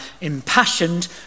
impassioned